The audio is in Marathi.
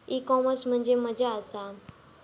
ई कॉमर्स म्हणजे मझ्या आसा?